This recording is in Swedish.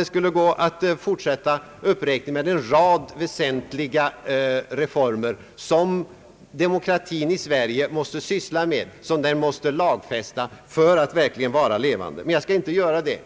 Jag skulle kunna fortsätta den här uppräkningen med en rad väsentliga reformer, som måste lagfästas för att demokratin i Sverige verkligen skall vara levande, men jag skall inte göra det.